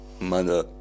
mother